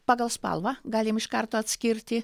pagal spalvą galim iš karto atskirti